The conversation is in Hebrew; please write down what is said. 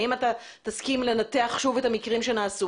האם אתה תסכים לנתח שוב את המקרים שנעשו?